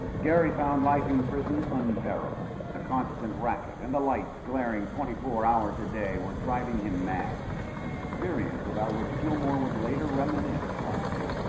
gary found life in prison unbearable the constant racket and the lights glaring twenty four hours a day were driving him mad an experience about which gilmore would later reminisce on tape